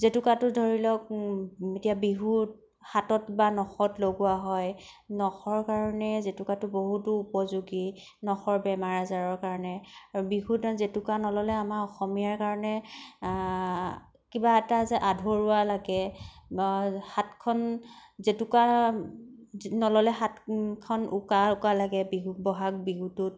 জেতুকাটো ধৰি লওক এতিয়া বিহুত হাতত বা নখত লগোৱা হয় নখৰ কাৰণে জেতুকাটো বহুতো উপযোগী নখৰ বেমাৰ আজাৰৰ কাৰণে আৰু বিহুত জেতুকা নল'লে আমাৰ অসমীয়াৰ কৰণে কিবা এটা যে আধৰুৱা লাগে হাতখন জেতুকা নল'লে হাতখন উকা উকা লাগে বিহু বহাগ বিহুটোত